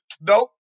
Nope